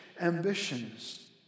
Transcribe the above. ambitions